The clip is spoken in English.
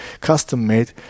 custom-made